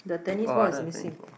oh I don't have tennis ball